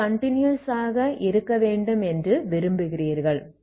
இது கன்டினியஸ் ஆக இருக்க வேண்டும் என்று விரும்புகிறீர்கள்